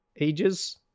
ages